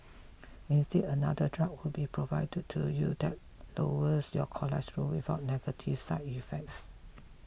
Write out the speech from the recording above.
instead another drug would be provided to you that lowers your cholesterol without negative side effects